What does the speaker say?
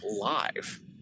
live